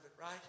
Right